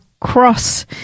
cross